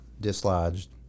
dislodged